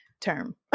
Term